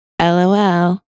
LOL